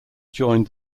joined